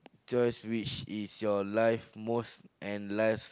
chores which is your life's most and life's